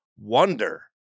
wonder